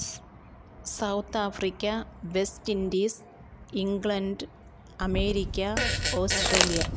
സ് South Africa West Indies England America Australia